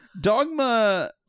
Dogma